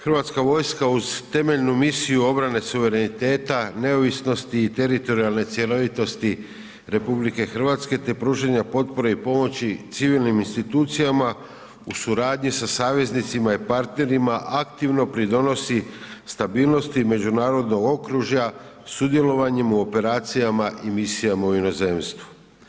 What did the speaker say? Hrvatska vojska uz temeljnu misiju obrane suverenitete, neovisnosti i teritorijalne cjelovitosti RH te pružanja potpore i pomoći civilnim institucijama u suradnji sa saveznicima i partnerima aktivno pridonosi stabilnosti međunarodnog okružja sudjelovanjem u operacijama i misijama u inozemstvu.